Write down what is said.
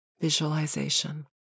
visualization